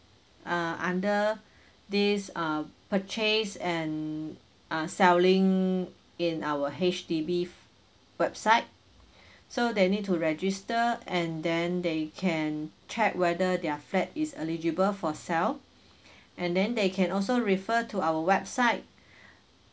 uh under this uh purchase and ah selling in our H_D_B f~ website so they need to register and then they can check whether their flat is eligible for sale and then they can also refer to our website